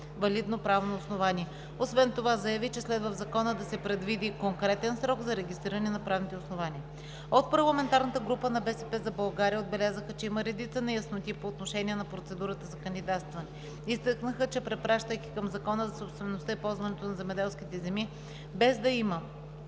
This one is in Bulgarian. валидно правно основание. Освен това заяви, че следва в Закона да се предвиди конкретен срок за регистриране на правните основания. От парламентарната група на „БСП за България“ отбелязаха, че има редица неясноти по отношение на процедурата за кандидатстване. Изтъкнаха, че препращайки към Закона за собствеността и ползването на земеделските земи, без да има